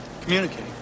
communicating